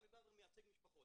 עמי ברבר מייצג משפחות.